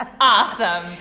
awesome